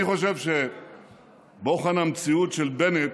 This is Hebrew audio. אני חושב שבוחן המציאות של בנט,